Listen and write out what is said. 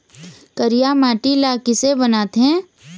करिया माटी ला किसे बनाथे?